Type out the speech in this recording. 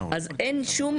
אין שום